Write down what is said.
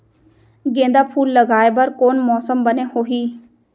गेंदा फूल लगाए बर कोन मौसम बने होही?